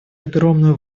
огромную